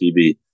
TV